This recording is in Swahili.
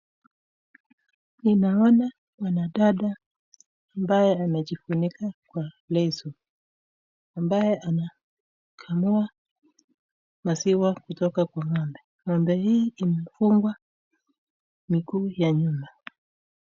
Ninaona mwanadada ambaye amejifunika kwa leso, ambaye anakamua maziwa kutoka kwa ng'ombe. Ng'ombe hii imefungwa miguu ya nyuma.